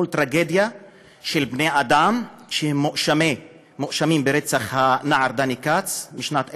מול טרגדיה של בני אדם שמואשמים ברצח הנער דני כץ בשנת 1983,